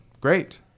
great